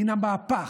מן המהפך,